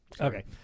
Okay